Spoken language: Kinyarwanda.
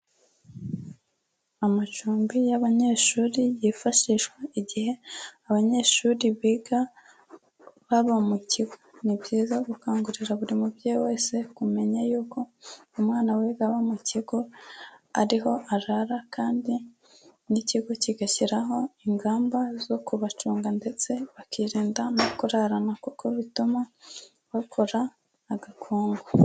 Amacumbi y'abanyeshuri yifashishwa igihe abanyeshuri biga baba mu kigo. Ni byiza gukangurira buri mubyeyi wese kumenya yuko umwana wiga aba mu kigo ari ho arara kandi n'ikigo kigashyiraho ingamba zo kubacunga ndetse bakirinda no kurarana kuko bituma bakora agakungu.